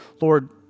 Lord